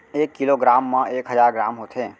एक kilogram मा एक हजार ग्राम होथे